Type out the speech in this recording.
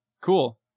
cool